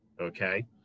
okay